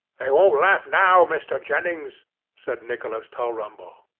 they won't laugh now, mr. jennings said nicholas tulrumble.